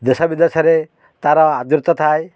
ଦେଶ ବିଦେଶରେ ତା'ର ଆଦୃତ ଥାଏ